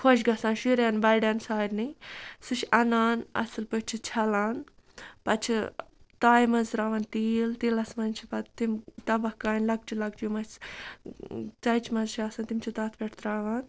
خۄش گژھان شُرٮ۪ن بَڑٮ۪ن سارنی سُہ چھِ اَنان اَصٕل پٲٹھۍ چھِ چھَلان پَتہٕ چھِ تایہِ منٛز ترٛاوان تیٖل تیٖلَس منٛز چھِ پَتہٕ تِم تَبَکھ کانہِ لۄکچہِ لۄکچہِ یِم أسۍ ژَچِمَژ چھِ آسان تِم چھِ تَتھ پٮ۪ٹھ ترٛاوان